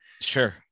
Sure